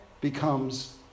becomes